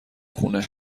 خونه